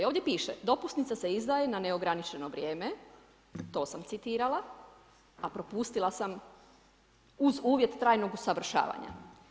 Ovdje piše: „Dopusnica se izdaje na neograničeno vrijeme, to sam citirala, a propustila sam uz uvjet trajnog usavršavanja“